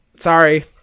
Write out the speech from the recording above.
sorry